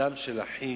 אדם לחיץ?